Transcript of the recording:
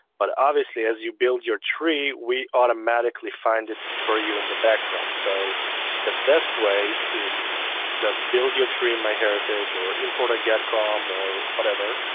but obviously as you build your tree we automatically find it for you in the background. so the best way is just build your tree in myheritage, or import a gedcom or whatever,